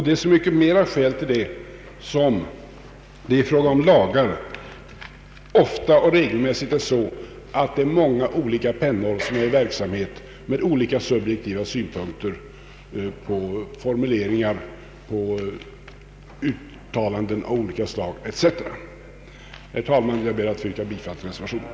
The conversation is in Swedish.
Det är så mycket mera skäl till en sådan definition som det i fråga om lagar ofta är många olika pennor i verksamhet med olika subjektiva synpunkter på formuleringar och uttalanden av olika slag etc. Herr talman! Jag ber att få yrka bifall till reservationen.